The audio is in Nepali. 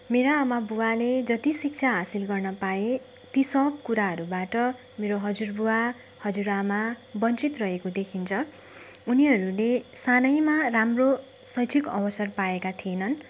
मेरा आमा बुवाले जति शिक्षा हासिल गर्न पाए ती सब कुराहरूबाट मेरो हजुरबुवा हजुरआमा वञ्चित रहेको देखिन्छ उनीहरूले सानैमा राम्रो शैक्षिक अवसर पाएका थिएनन्